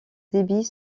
débit